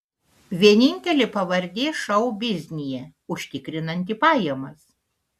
vienintelė pavardė šou biznyje užtikrinanti pajamas